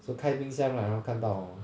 so 开冰箱 right 然后看到 hor